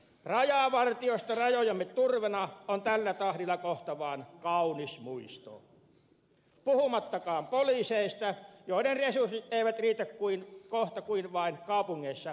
rajavartiosto rajojemme turvana on tällä tahdilla kohta vaan kaunis muisto puhumattakaan poliiseista joiden resurssit eivät riitä kohta kuin vain kaupungeissa partioimiseen